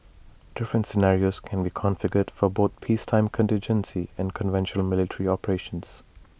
different scenarios can be configured for both peacetime contingency and conventional military operations